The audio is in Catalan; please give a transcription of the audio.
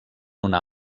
una